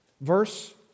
verse